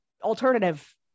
alternative